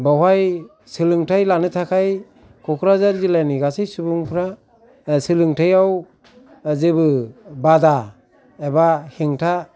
बावहाय सोलोंथाय लानो थाखाय क'क्राझार जिल्लानि गासै सुबुंफ्रा सोलोंथायआव जेबो बादा एबा हेंथा